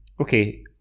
Okay